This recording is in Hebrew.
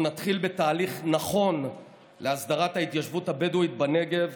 אנחנו נתחיל בתהליך נכון להסדרת ההתיישבות הבדואית בנגב,